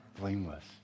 blameless